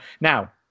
now